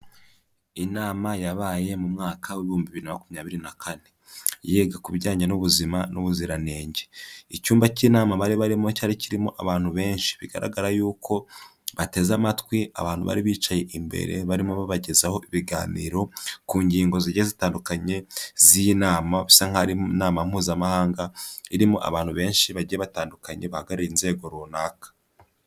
Inama yabaye mu mwaka w' ibihumbi na makumyabiri na kane yiga ku bijyanye n'ubuzima n'ubuziranenge, icyumba cy'inama bari barimo cyari kirimo abantu benshi bigaragara yuko bateze amatwi abantu bari bicaye imbere barimo babagezaho ibiganiro ku ngingo zigiye zitandukanye z'iyi nama bisa nk'aho ari inama mpuzamahanga irimo abantu benshi bagiye batandukanye baha bahagarariye inzego runaka.